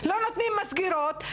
לא נותנים מזכירות,